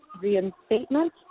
reinstatement